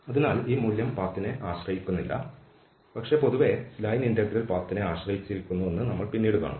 അതിനാൽ ഈ മൂല്യം പാത്ത്നെ ആശ്രയിക്കുന്നില്ല പക്ഷേ പൊതുവേ ലൈൻ ഇന്റഗ്രൽ പാത്ത്നെ ആശ്രയിച്ചിരിക്കുന്നുവെന്ന് നമ്മൾ പിന്നീട് കാണും